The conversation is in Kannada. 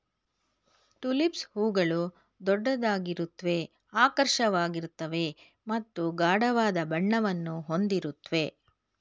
ಟುಲಿಪ್ಸ್ ಹೂಗಳು ದೊಡ್ಡದಾಗಿರುತ್ವೆ ಆಕರ್ಷಕವಾಗಿರ್ತವೆ ಮತ್ತು ಗಾಢವಾದ ಬಣ್ಣವನ್ನು ಹೊಂದಿರುತ್ವೆ